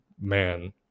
man